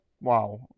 wow